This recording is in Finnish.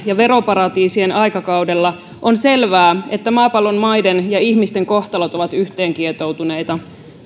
ja veroparatiisien aikakaudella on selvää että maapallon maiden ja ihmisten kohtalot ovat yhteenkietoutuneita